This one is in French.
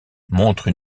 montrent